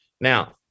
Now